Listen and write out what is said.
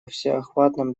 всеохватном